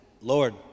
Lord